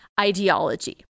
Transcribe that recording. ideology